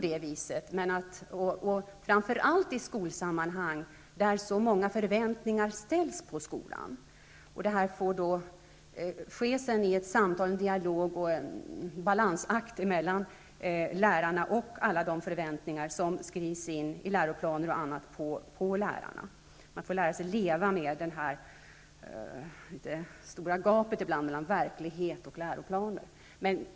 Det gäller framför allt i skolsammanhang, eftersom så många förväntningar ställs på skolan. Man måste föra en dialog med lärarna och gå en balansgång mellan dem och de förväntningar på lärarna som skrivs in i läroplanen. Man får lära sig att leva med det stora gapet mellan verklighet och läroplan.